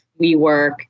WeWork